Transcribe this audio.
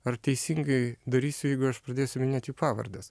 ar teisingai darysiu jeigu aš pradėsiu minėt jų pavardes